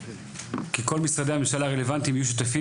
כי כל משרדי הממשלה הרלוונטיים יהיו שותפים